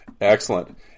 Excellent